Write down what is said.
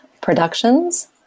Productions